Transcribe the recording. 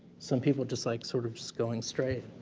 some people just like sort of just going straight,